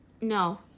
No